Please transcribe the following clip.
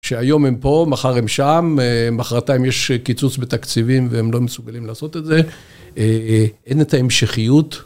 שהיום הם פה, מחר הם שם, מחרתיים יש קיצוץ בתקציבים והם לא מסוגלים לעשות את זה אין את ההמשכיות